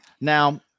Now